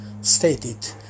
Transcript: stated